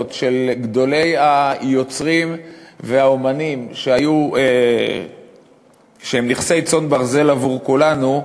של גדולי היוצרים והאמנים שהם נכסי צאן ברזל עבור כולנו,